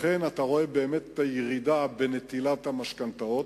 לכן אתה רואה באמת את הירידה בנטילת המשכנתאות,